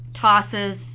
tosses